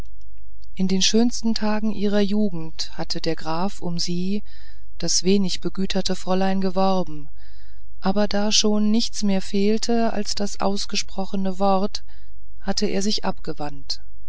in den schönsten tagen ihrer jugend hatte der graf um sie das wenig begüterte fräulein geworben aber da schon nichts mehr fehlte als das ausgesprochene wort hatte er sich abgewandt